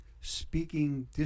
speaking